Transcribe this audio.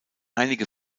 einige